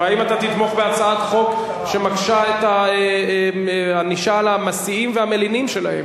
האם אתה תתמוך בהצעת חוק שמקשה את הענישה על המסיעים והמלינים שלהם,